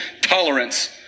tolerance